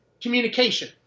communication